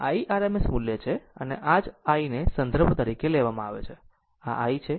I RMS મૂલ્ય છે આમ જ આ I ને સંદર્ભ તરીકે લેવામાં આવે છે આ I છે આ I છે